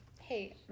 Hey